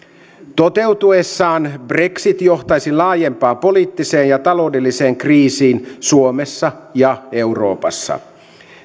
toteutuessaan brexit johtaisi laajempaan poliittiseen ja taloudelliseen kriisin suomessa ja euroopassa